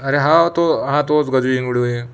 अरे हो तो हा तोच गजू इंगडूए